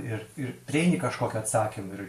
ir ir prieini kažkokį atsakymą